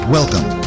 Welcome